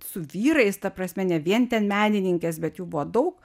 su vyrais ta prasme ne vien ten menininkės bet jų buvo daug